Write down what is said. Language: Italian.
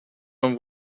non